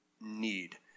need